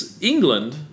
England